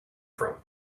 from